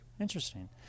interesting